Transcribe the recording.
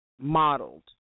modeled